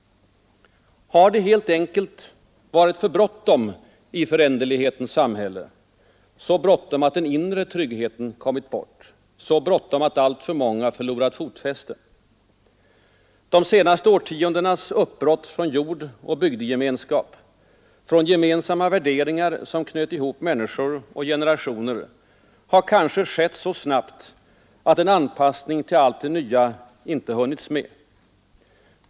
Har det helt enkelt varit för bråttom i föränderlighetens samhälle? Så bråttom att den inre tryggheten kommit bort, så bråttom att alltför många förlorat fotfästet? De senaste årtiondenas uppbrott från jord och bygdegemenskap, från gemensamma värderingar som knöt ihop människor och generationer har kanske skett så snabbt att en anpassning till allt det nya inte hunnits med.